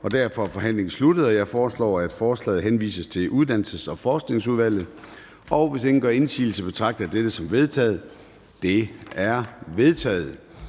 derfor er forhandlingen sluttet. Jeg foreslår, at lovforslaget henvises til Socialudvalget. Hvis ingen gør indsigelse, betragter jeg dette som vedtaget. Det er vedtaget.